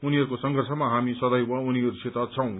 उनीहरूको संघर्षमा हामी सदैव उनीहरूसित छौँ